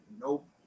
Nope